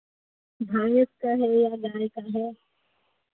भैंस का है या गाय का है